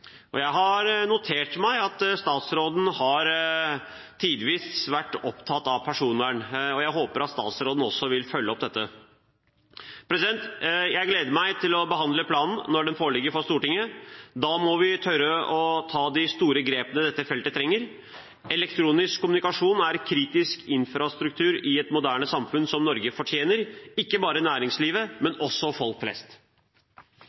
myndigheter. Jeg har notert meg at statsråden tidvis har vært opptatt av personvern, og jeg håper at statsråden vil følge opp dette. Jeg gleder meg til å behandle planen når den foreligger for Stortinget. Da må vi tørre å ta de store grepene dette feltet trenger. Elektronisk kommunikasjon er kritisk infrastruktur i et moderne samfunn som Norge fortjener, ikke bare næringslivet, men også folk flest.